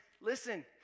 Listen